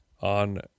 on